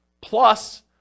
plus